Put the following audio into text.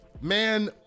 man